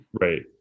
right